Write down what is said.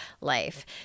life